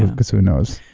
um cause who knows.